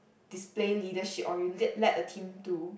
display leadership or you led led a team to